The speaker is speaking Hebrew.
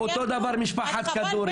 אותו דבר משפחת כדורי.